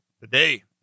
Today